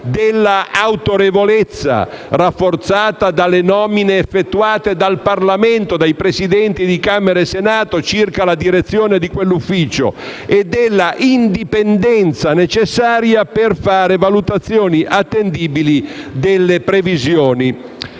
dell'autorevolezza rafforzata dalle nomine effettuate dal Parlamento, dai Presidenti di Camera e Senato, circa la direzione di quell'Ufficio e della indipendenza necessaria per fare valutazioni attendibili delle previsioni.